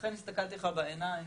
אכן הסתכלתי לך בעיניים,